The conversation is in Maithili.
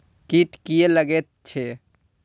कीट किये लगैत छै?